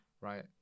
Right